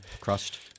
crushed